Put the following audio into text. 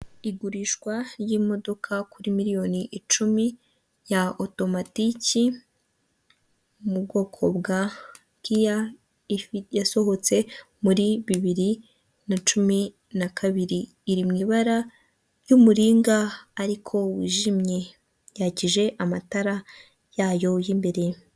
Igurishwa ry'imodoka kuri miliyoni icumi ya otomatiki mu bwoko bwa bwi kiya yasohotse muri bibiri na cumi na kabiri, iri mu ibara ry'umuringa ariko wijimye yakije amatara yayo y'imbere.